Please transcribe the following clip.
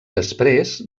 després